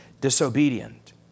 disobedient